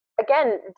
Again